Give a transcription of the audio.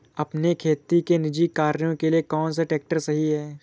अपने खेती के निजी कार्यों के लिए कौन सा ट्रैक्टर सही है?